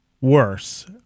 worse